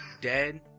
dead